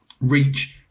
reach